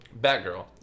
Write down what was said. Batgirl